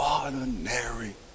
ordinary